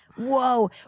Whoa